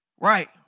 Right